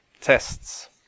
tests